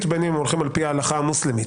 ובין אם הם הולכים על פי ההלכה המוסלמית